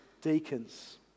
deacons